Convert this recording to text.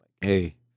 hey